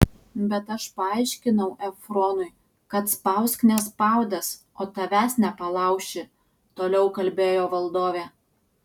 bet aš paaiškinau efronui kad spausk nespaudęs o tavęs nepalauši toliau kalbėjo valdovė